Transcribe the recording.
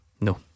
No